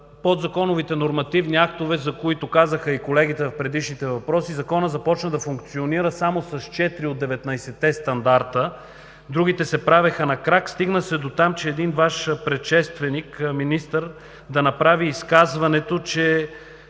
подзаконовите нормативни актове, за които казаха и колегите в предишните въпроси. Законът започна да функционира само с четири от деветнадесетте стандарта, другите се правеха на крак. Стигна се дотам, че един Ваш предшественик министър да направи изказване, че